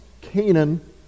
Canaan